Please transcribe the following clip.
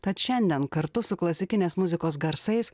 tad šiandien kartu su klasikinės muzikos garsais